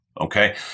Okay